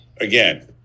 again